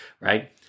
right